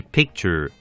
Picture